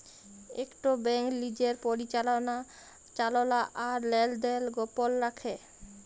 ইকট ব্যাংক লিজের পরিচাললা আর লেলদেল গপল রাইখে